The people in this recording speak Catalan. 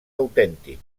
autèntic